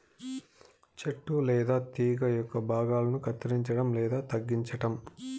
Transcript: చెట్టు లేదా తీగ యొక్క భాగాలను కత్తిరించడం లేదా తగ్గించటం